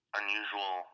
unusual